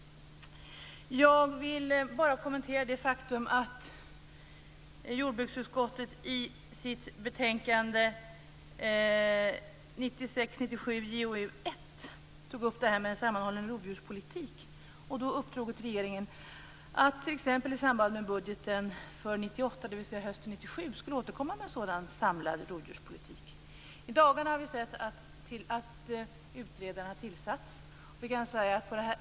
Jag vill bara kommentera jordbruksutskottets betänkande 1996/97:JoU1 där man tog upp frågan om en sammanhållen rovdjurspolitik. Riksdagen uppdrog åt regeringen att t.ex. i samband med budgeten för 1998, dvs. hösten 1997, återkomma med förslag till en samlad rovdjurspolitik. Vi kan se att en utredare i dagarna tillsatts.